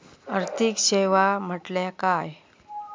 आर्थिक सेवा म्हटल्या काय?